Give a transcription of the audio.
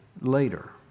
later